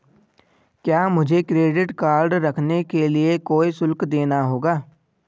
क्या मुझे credit card रखने के लिए कोई शुल्क देना होगा?